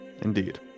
Indeed